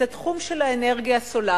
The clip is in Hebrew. את התחום של האנרגיה הסולרית,